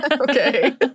Okay